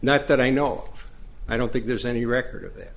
not that i know i don't think there's any record of it that